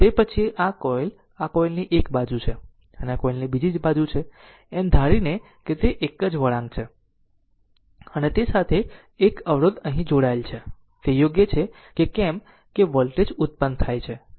તે પછી આ કોઇલ આ કોઇલની એક બાજુ છે આ કોઇલની બીજી બાજુ છે એમ ધારીને કે તે એક જ વળાંક છે અને તે સાથે એક અવરોધ અહીં જોડાયેલ છે તે યોગ્ય છે કે કેમ કે વોલ્ટેજ ઉત્પન્ન થાય છે